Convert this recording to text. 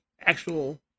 actual